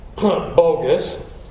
bogus